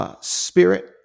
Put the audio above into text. spirit